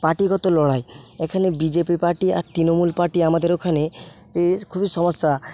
পার্টিগত লড়াই এখানে BJP party আর তৃণমূল পার্টি আমাদের ওখানে এর খুবই সমস্যা